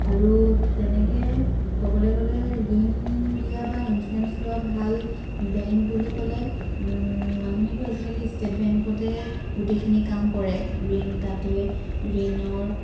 আৰু তেনেকৈ ক'বলৈ গ'লে ঋণ দিয়া বা ইঞ্চুৰেঞ্চ লোৱা ভাল বেংক বুলি ক'লে মানুহেতো আজিকালি ষ্টেট বেংকতে গোটেইখিনি কাম কৰে ঋণ তাতে ঋণৰ